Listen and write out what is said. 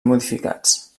modificats